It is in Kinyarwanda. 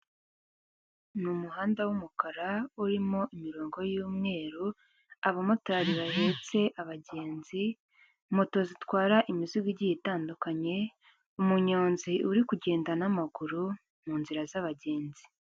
Ni umuhanda w'umukara urimo imirongo y'umweru abamotari bahetse abagenzi, moto zitwara imizigo igiye itandukanye, umunyonzi uri kugenda n'amaguru mu nzira z'abagenzi.